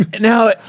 Now